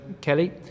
Kelly